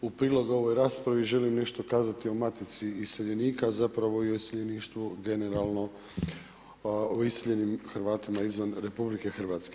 U prilog ovoj raspravi želim nešto kazati o Matici iseljenika, zapravo i o iseljeništvu generalno, o iseljenim Hrvatima izvan RH.